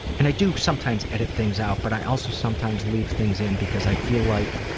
and i do sometimes edit things out, but i also sometimes leave things in because i feel like